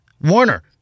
Warner